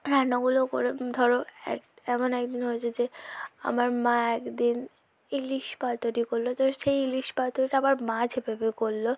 রান্নাগুলো করে ধরো এক এমন একদিন হয়েছে যে আমার মা একদিন ইলিশ পাতুরি করল ধরো সেই ইলিশ পাতুরিটা আমার মা যেভাবে করল